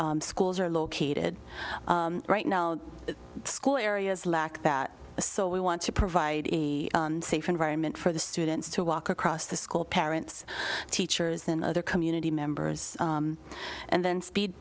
where schools are located right now the school areas lack that so we want to provide a safe environment for the students to walk across the school parents teachers and other community members and then speed